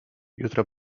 jutro